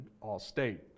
All-State